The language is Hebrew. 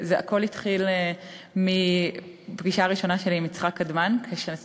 הכול התחיל מפגישה ראשונה שלי עם יצחק קדמן כשהייתי